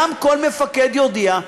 גם כל מפקד יודיע,